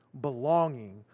belonging